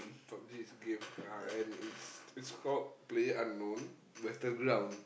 Pub-G is game uh and it's it's called player unknown battle ground